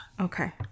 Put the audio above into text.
Okay